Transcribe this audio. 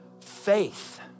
faith